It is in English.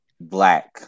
black